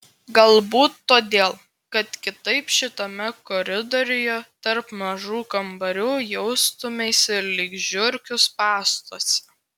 galbūt todėl kad kitaip šitame koridoriuje tarp mažų kambarių jaustumeisi lyg žiurkių spąstuose